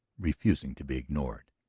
refusing to be ignored.